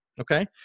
Okay